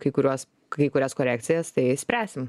kai kuriuos kai kurias korekcijas tai spręsim